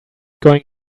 going